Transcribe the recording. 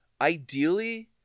Ideally